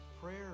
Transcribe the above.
Prayer